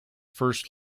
first